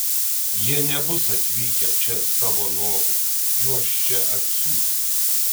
jie nebus atvykę čia savo noru juos čia atsiųs